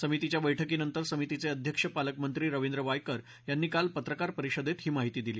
समितीच्या बैठकीनंतर समितीचे अध्यक्ष पालकमंत्री रवींद्र वायकर यांनी काल पत्रकार परिषदेत ही माहिती दिली